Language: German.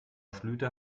schlüter